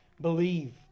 Believe